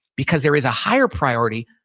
because there is a higher priority,